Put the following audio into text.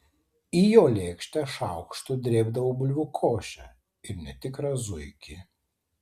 į jo lėkštę šaukštu drėbdavau bulvių košę ir netikrą zuikį